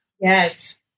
Yes